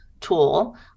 tool